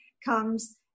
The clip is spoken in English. comes